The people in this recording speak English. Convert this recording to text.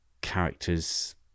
character's